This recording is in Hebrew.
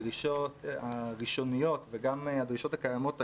הדרישות הראשוניות וגם הדרישות הקיימות היום,